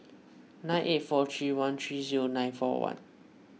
nine eight four three one three zero nine four one